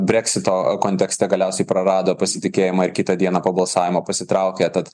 breksito kontekste galiausiai prarado pasitikėjimą ir kitą dieną po balsavimo pasitraukė tad